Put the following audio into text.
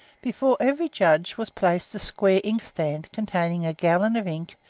before every judge was placed a square inkstand, containing a gallon of ink,